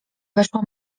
weszła